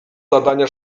zadania